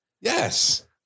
Yes